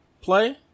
play